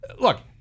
look